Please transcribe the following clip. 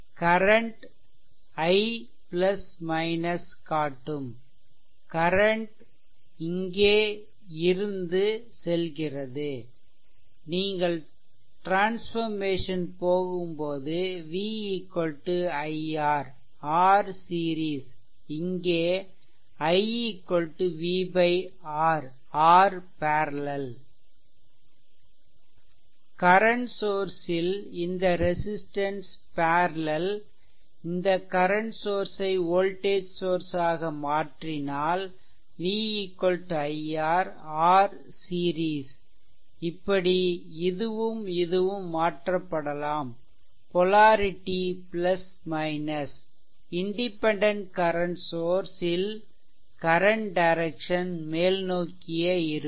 current i காட்டும் current இங்கே இருந்து செல்கிறதுநீங்கள் ட்ரான்ஃபெர்மேசன் போகும்போது vi R R series இங்கே i v R R parallel current source ல் இந்த ரெசிஸ்ட்டன்ஸ் பேர்லெல் இந்த கரன்ட் சோர்ஸ் ஐ வோல்டேஜ் சோர்ஸ் ஆக மாற்றினால் v i R R series இப்படி இதுவும் இதுவும் மாற்றப்படலாம் பொலாரிட்டி இண்டிபெண்டென்ட் கரன்ட் சோர்ஸ் ல் கரன்ட் டைரெக்சன் மேல்நோக்கியேஇருக்கும்